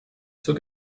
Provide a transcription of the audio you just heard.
zur